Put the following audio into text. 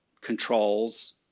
controls